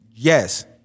Yes